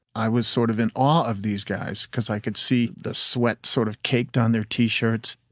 i was sort of in awe of these guys cause i could see the sweat sort of caked on their t shirts.